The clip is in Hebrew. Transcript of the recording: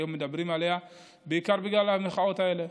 היום מדברים עליה בעיקר בגלל ההמחאות האלה,